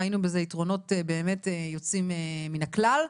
ראינו בזה יתרונות באמת יוצאים מהכלל,